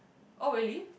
oh really